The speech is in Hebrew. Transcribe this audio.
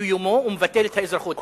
לקיומו ומבטל את האזרחות.